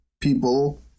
people